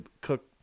cook